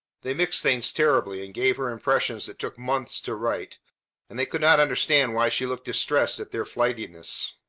they mixed things terribly, and gave her impressions that took months to right and they could not understand why she looked distressed at their flightiness.